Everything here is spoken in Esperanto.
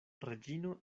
reĝino